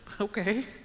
okay